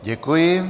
Děkuji.